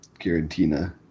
Garantina